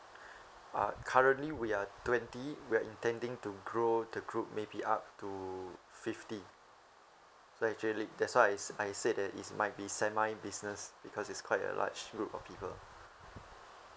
uh currently we are twenty we're intending to grow the group maybe up to fifty so actually that's why I s~ I said that it's might be semi business because it's quite a large group of people